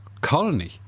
colony